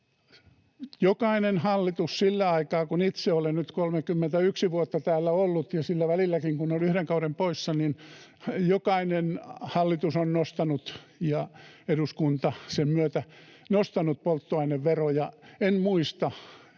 Jokainen hallitus on sinä aikana, kun itse olen nyt 31 vuotta täällä ollut — ja sillä välilläkin, kun olin yhden kauden poissa — nostanut ja eduskunta sen myötä nostanut polttoaineveroja. En muista